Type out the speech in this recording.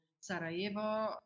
Sarajevo